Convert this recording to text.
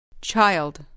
Child